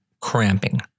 cramping